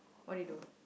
what do you do